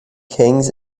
kings